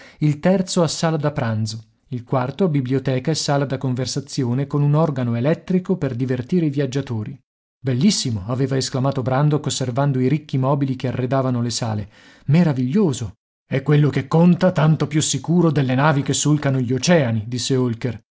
il terzo a sala da pranzo il quarto a biblioteca e sala da conversazione con un organo elettrico per divertire i viaggiatori bellissimo aveva esclamato brandok osservando i ricchi mobili che arredavano le sale meraviglioso e quello che conta tanto più sicuro delle navi che solcano gli oceani disse holker